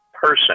person